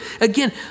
Again